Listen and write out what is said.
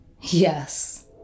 Yes